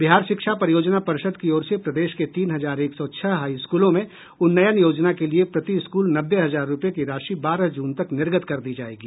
बिहार शिक्षा परियोजना परिषद की ओर से प्रदेश के तीन हजार एक सौ छह हाईस्कूलों में उन्नयन योजना के लिए प्रति स्कूल नब्बे हजार रुपये की राशि बारह जून तक निर्गत कर दी जाएगी